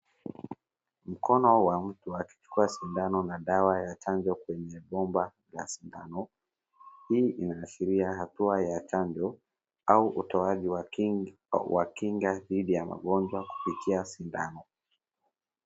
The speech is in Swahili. Mkono wa mtu akichukua sindano na dawa ya chanjo kwenye bomba la sindano, hii inaashilia hatua ya chanjo au utoaji wa kinga dhidi ya magonjwa kupitia sindano.